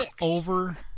over